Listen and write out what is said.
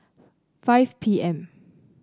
five P M